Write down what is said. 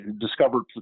discovered